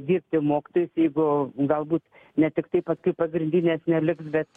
dirbti mokytojus jeigu galbūt ne tik tai paskui pagrindinės neliks bet